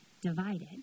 divided